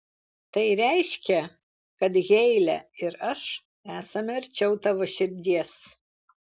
tai reiškia kad heile ir aš esame arčiau tavo širdies